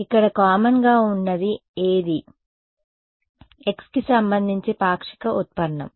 కాబట్టి ఇక్కడ కామన్ గా ఉన్నది ఏది x కి సంబంధించి పాక్షిక ఉత్పన్నం